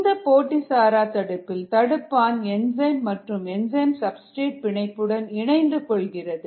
இந்த போட்டி சாரா தடுப்பில் தடுப்பான் என்சைம் மற்றும் என்சைம் சப்ஸ்டிரேட் பிணைப்புடன் இணைந்து கொள்கிறது